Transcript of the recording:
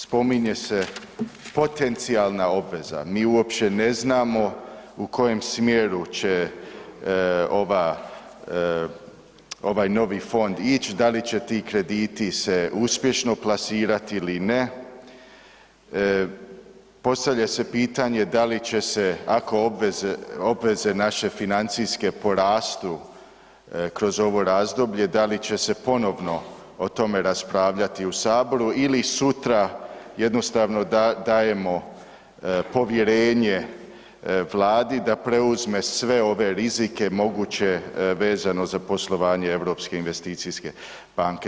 Spominje se potencijalna obveza, mi uopće ne znamo u kojem smjeru će ova, ovaj novi fond ići, da li će ti krediti se uspješno plasirati ili ne, postavlja se pitanje da li će se, ako obveze naše financijske porastu kroz ovo razdoblje, da li će se ponovno o tome raspravljati u Saboru ili sutra jednostavno dajemo povjerenje Vladi da preuzme sve ove rizike moguće vezano za poslovanje EIB-a.